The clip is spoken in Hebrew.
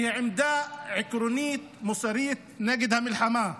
כי היא עמדה עקרונית ומוסרית נגד המלחמה.